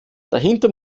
dahinter